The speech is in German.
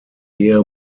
ehe